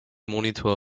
monitor